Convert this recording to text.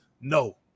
no